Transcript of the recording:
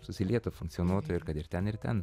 susilietų funkcionuotų ir kad ir ten ir ten